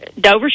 Dover